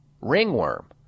ringworm